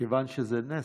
כיוון שזה נס,